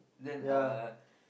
then uh